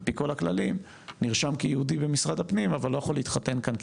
על פי כל הכללים נרשם כיהודי במשרד הפנים אבל לא יכול להתחתן כאן,